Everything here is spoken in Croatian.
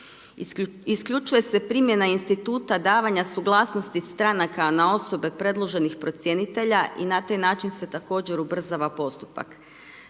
Isključuje se primjena instituta davanja suglasnosti stranaka na osobe predloženih procjenitelja i na taj način se također ubrzava postupak.